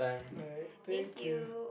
right thank you